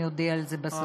אני אודיע על זה בסוף.